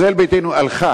ישראל ביתנו הלכה